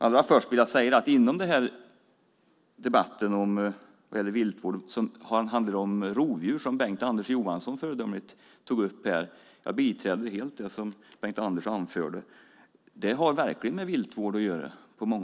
Allra först vill jag säga att jag helt biträder det som Bengt-Anders så föredömligt anförde. Rovdjuren har verkligen med viltvård att göra.